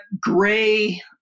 gray